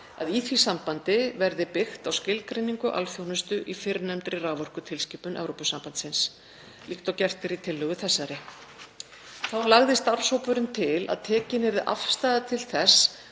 að í því sambandi verði byggt á skilgreiningu alþjónustu í fyrrnefndri raforkutilskipun Evrópusambandsins líkt og gert er í tillögu þessari. Þá lagði starfshópurinn til að tekin yrði afstaða til þess